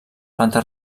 planta